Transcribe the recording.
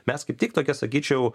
mes kaip tik tokia sakyčiau